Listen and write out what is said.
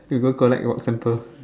one collect rocks sample